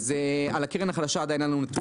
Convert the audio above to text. על הקרן החדשה עדיין אין לנו נתונים.